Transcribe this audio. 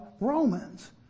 Romans